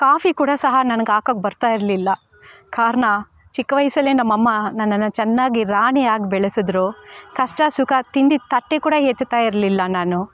coffee ಕೂಡ ಸಹ ನನಗೆ ಹಾಕೋಕ್ಕೆ ಬರ್ತಾಯಿರಲಿಲ್ಲ ಕಾರ್ಣ ಚಿಕ್ಕ ವಯಸ್ಸಲ್ಲೇ ನಮ್ಮಮ್ಮ ನನ್ನನ್ನು ಚೆನ್ನಾಗಿ ರಾಣಿ ಹಾಗೆ ಬೆಳೆಸಿದ್ರು ಕಷ್ಟ ಸುಖ ತಿಂದಿದ್ದ ತಟ್ಟೆ ಕೂಡ ಎತ್ತುತ್ತಾಯಿರ್ಲಿಲ್ಲ ನಾನು